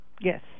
Yes